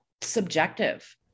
subjective